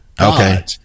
Okay